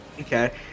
Okay